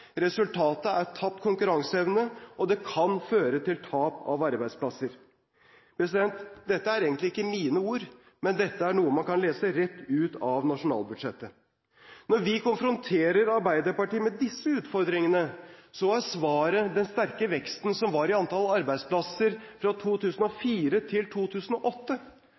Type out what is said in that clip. Resultatet er tapt konkurranseevne, og det kan føre til tap av arbeidsplasser. Dette er egentlig ikke mine ord, men dette er noe man kan lese rett ut av nasjonalbudsjettet. Når vi konfronterer Arbeiderpartiet med disse utfordringene, er svaret den sterke veksten i antall arbeidsplasser fra 2004 til 2008,